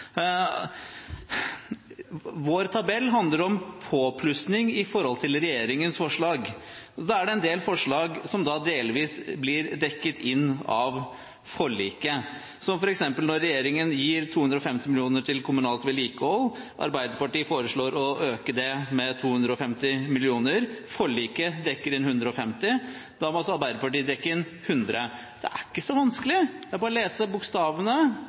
Vår tabell handler om påplussing i forhold til regjeringens forslag. Og så er det en del forslag som delvis blir dekket inn av forliket, som f.eks. når regjeringen gir 250 mill. kr til kommunalt vedlikehold. Arbeiderpartiet foreslår å øke det med 250 mill. kr. Forliket dekker inn 150 mill. kr, og da må Arbeiderpartiet dekke inn 100 mill. kr. Det er ikke så vanskelig. Det er bare å lese bokstavene,